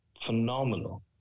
phenomenal